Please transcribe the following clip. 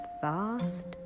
fast